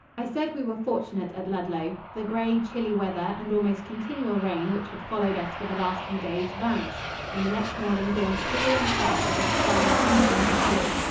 i said we were fortunate at ludlow. the gray, chilly weather and almost continual rain which had followed us for the last few days vanished and the next morning dawned cool and fair, with sky of untainted blue.